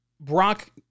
Brock